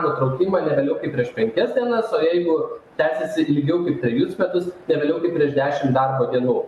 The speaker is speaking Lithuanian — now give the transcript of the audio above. nutraukimą ne vėliau kaip prieš penkias dienas o jeigu tęsiasi ilgiau kaip trejus metus ne vėliau kaip prieš dešimt darbo dienų